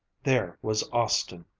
there was austin!